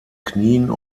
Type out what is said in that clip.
knien